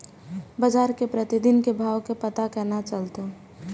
बजार के प्रतिदिन के भाव के पता केना चलते?